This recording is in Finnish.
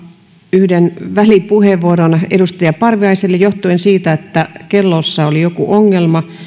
yhden välipuheenvuoron edustaja parviaiselle johtuen siitä että kellossa oli jokin ongelma